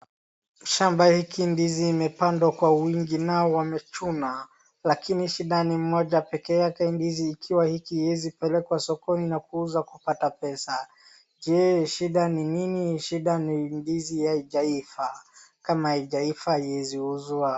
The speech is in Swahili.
Shamba hiki ndizi imepandwa kwa wingi nao wamechuna, lakini shida ni moja pekee yake ndizi hiki iwezi pelekwa sokoni na kuuzwa kupata pesa. Je shida ni nini? Shida ni ndizi hiijaiva kama hiijaiva iwezi huuzwa.